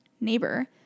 neighbor